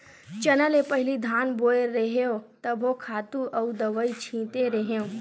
चना ले पहिली धान बोय रेहेव तभो खातू अउ दवई छिते रेहेव